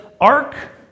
ark